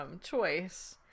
choice